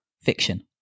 Fiction